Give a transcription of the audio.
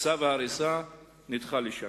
צו הריסה נדחה לשנה.